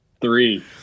Three